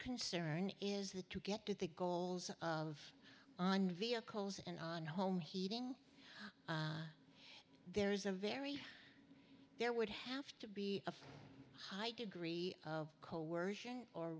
concern is that to get to the goals of on vehicles and on home heating there is a very there would have to be a high degree of coercion or